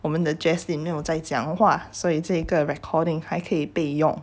我们的 jaslyn 没有在讲话所以这个 recording 还可以备用